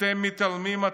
אתם מתעלמים.